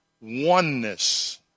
oneness